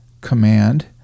command